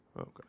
okay